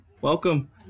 Welcome